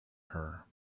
her